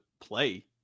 play